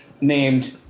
named